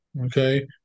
Okay